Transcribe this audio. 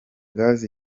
gaz